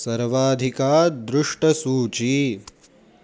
सर्वाधिका दृष्टसूची